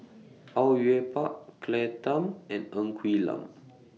Au Yue Pak Claire Tham and Ng Quee Lam